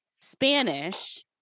Spanish